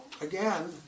again